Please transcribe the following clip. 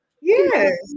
Yes